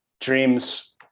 dreams